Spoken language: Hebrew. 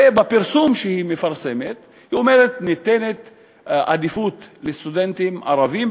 בפרסום היא אומרת: ניתנת עדיפות לסטודנטים ערבים,